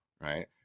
right